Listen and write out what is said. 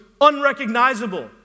unrecognizable